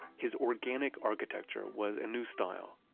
his organic architecture was a new style,